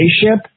spaceship